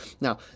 Now